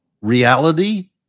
reality